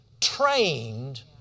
trained